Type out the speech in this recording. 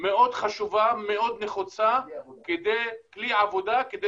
מאוד חשובה ומאוד נחוצה ככלי עבודה כדי